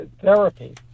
therapy